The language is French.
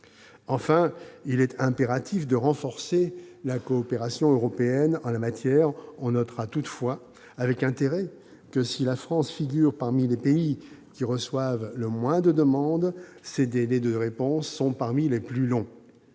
Enfin, il est impératif de renforcer la coopération européenne en la matière. On notera toutefois avec intérêt que, si la France figure parmi les pays qui reçoivent le moins de demandes, ses délais de réponse sont parmi les plus longs.